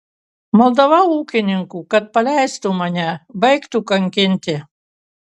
maldavau ūkininkų kad paleistų mane baigtų kankinti